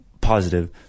positive